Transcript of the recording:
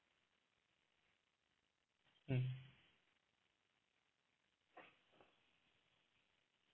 mm